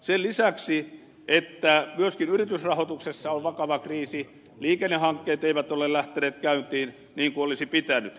sen lisäksi että myöskin yritysrahoituksessa on vakava kriisi liikennehankkeet eivät ole lähteneet käyntiin niin kuin olisi pitänyt